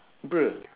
bruh